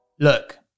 Look